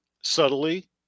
subtly